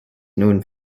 known